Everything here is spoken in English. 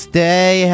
Stay